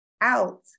out